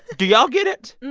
do y'all get it?